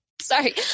Sorry